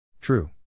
True